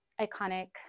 iconic